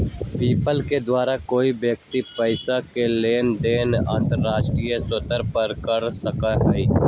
PayPal के द्वारा कोई व्यक्ति पैसा के लेन देन अंतर्राष्ट्रीय स्तर पर कर सका हई